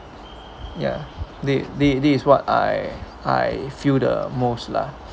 ya thi~ thi~ this is what I I feel the most lah